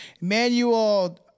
Manuel